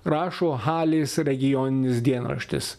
rašo halės regioninis dienraštis